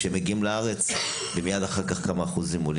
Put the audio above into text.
כשהם מגיעים לארץ הם מיד אחר כך עולים בכמה אחוזים.